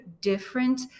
different